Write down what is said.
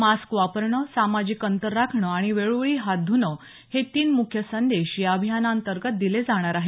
mask वापरणं सामाजिक अंतर राखणं आणि वेळोवेळी हात धुणं हे तीन मुख्य संदेश या अभियानाअंतर्गत दिले जाणार आहेत